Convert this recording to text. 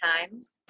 times